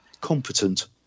competent